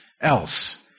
else